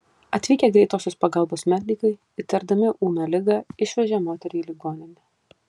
atvykę greitosios pagalbos medikai įtardami ūmią ligą išvežė moterį į ligoninę